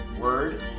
word